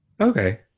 Okay